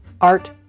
art